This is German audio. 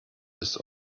ist